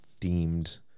themed